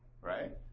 Right